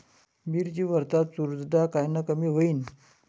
मिरची वरचा चुरडा कायनं कमी होईन?